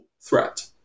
threat